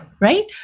Right